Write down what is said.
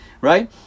right